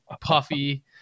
puffy